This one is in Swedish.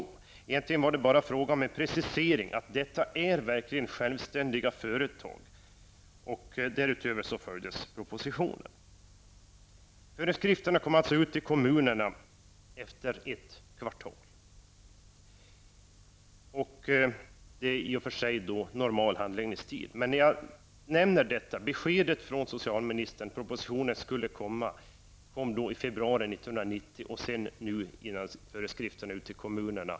Det var egentligen bara frågan om en precisering att detta verkligen är självständiga företag och därutöver följdes propositionen. Föreskrifterna kom alltså ut till kommunerna efter ett kvartal. Det är i och för sig en normal handläggningstid. Beskedet från socialministern att propositionen skulle komma, kom i februari 1990. Sedan tar det över ett år innan föreskrifterna är ute i kommunerna.